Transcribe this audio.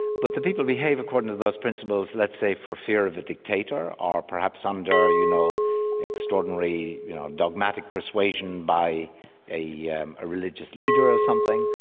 but the people behave according to those principles let's say for fear of a dictator, or perhaps under you know extraordinary you know dogmatic persuasion by a yeah um religions leader or something,